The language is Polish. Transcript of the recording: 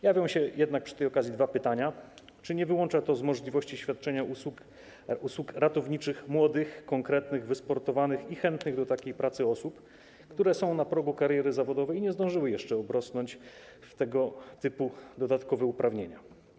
Jawią się jednak przy tej okazji dwa pytania: Czy nie wyłącza to z możliwości świadczenia usług ratowniczych młodych, konkretnych, wysportowanych i chętnych do takiej pracy osób, które są na progu kariery zawodowej i nie zdążyły jeszcze obrosnąć w tego typu dodatkowe uprawnienia?